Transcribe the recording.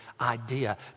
idea